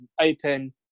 open